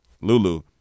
Lulu